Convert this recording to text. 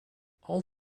all